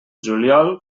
juliol